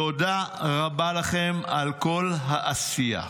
תודה רבה לכם על כל העשייה.